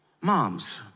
moms